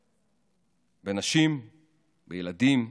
בנשים, בילדים,